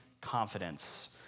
confidence